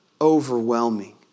overwhelming